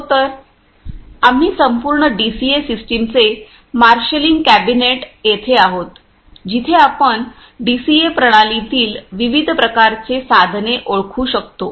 हो तर आम्ही संपूर्ण डीसीए सिस्टमचे मार्शेलिंग कॅबिनेट वेळ १ 138 at येथे आहोत जिथे आपण डीसीए प्रणालीतील विविध प्रकारचे साधने ओळखू शकतो